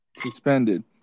suspended